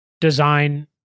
design